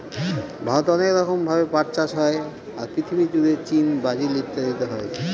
ভারতে অনেক রকম ভাবে পাট চাষ হয়, আর পৃথিবী জুড়ে চীন, ব্রাজিল ইত্যাদিতে হয়